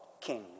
king